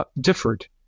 differed